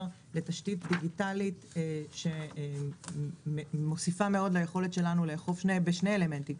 לתשתית דיגיטלית שמוסיפה מאוד ליכולת שלנו לאכוף בשני אלמנטים,